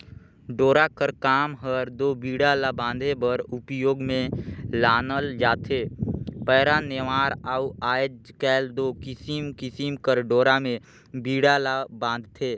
डोरा कर काम हर दो बीड़ा ला बांधे बर उपियोग मे लानल जाथे पैरा, नेवार अउ आएज काएल दो किसिम किसिम कर डोरा मे बीड़ा ल बांधथे